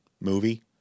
movie